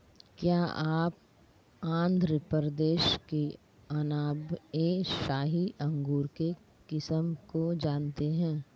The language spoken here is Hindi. क्या आप आंध्र प्रदेश के अनाब ए शाही अंगूर के किस्म को जानते हैं?